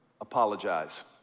apologize